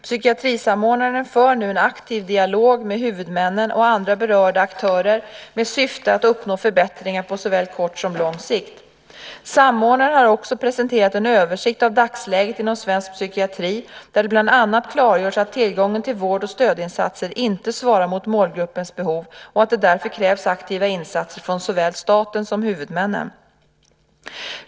Psykiatrisamordnaren för nu en aktiv dialog med huvudmännen och andra berörda aktörer med syfte att uppnå förbättringar på såväl kort som lång sikt. Samordnaren har också presenterat en översikt av dagsläget inom svensk psykiatri, där det bland annat klargörs att tillgången till vård och stödinsatser inte svarar mot målgruppens behov och att det därför krävs aktiva insatser från såväl staten som huvudmännen.